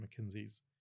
McKinsey's